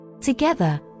Together